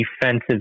defensive